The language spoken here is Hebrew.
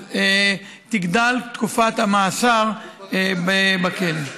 תגדל תקופת המאסר בכלא.